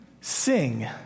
sing